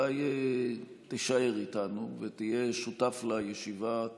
אולי תישאר איתנו ותהיה שותף לישיבת